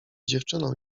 dziewczyną